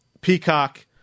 Peacock